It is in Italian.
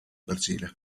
brasile